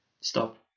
Stop